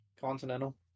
Continental